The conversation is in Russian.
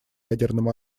ядерным